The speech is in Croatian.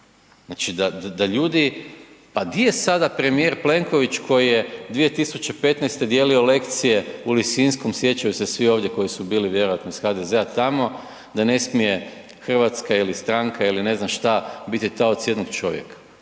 Znači da ljudi, pa di je sada premijer Plenković koji je 2015. dijelio lekcije u Lisinskom, sjećaju se svi ovdje koji su bili vjerojatno iz HDZ-a tamo, da ne smije Hrvatska ili stranka ili ne znam šta biti taoc jednog čovjeka.